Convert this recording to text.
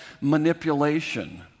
manipulation